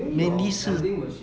mainly 是